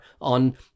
on